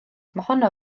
mohono